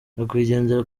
nyakwigendera